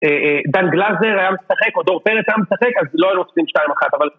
אה.. אה.. דן גלאזר היה משחק, או דור פרץ היה משחק, אז לא היו נוספים שתיים אחת, אבל...